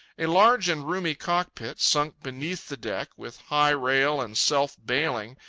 a large and roomy cockpit, sunk beneath the deck, with high rail and self-bailing,